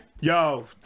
Yo